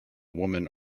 woman